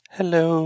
Hello